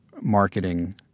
marketing